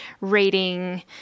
reading